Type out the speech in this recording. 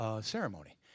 ceremony